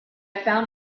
found